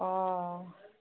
অ